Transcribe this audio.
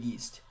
East